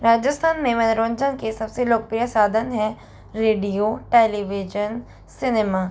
राजस्थान में मनोरंजन के सबसे लोकप्रिय साधन हैं रेडियो टेलीविजन सिनेमा